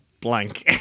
blank